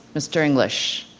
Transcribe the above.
mr. english.